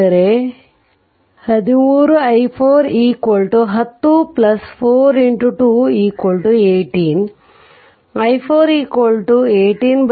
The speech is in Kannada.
ಆದ್ದರಿಂದ iNorton VThevenin R2 6